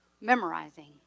memorizing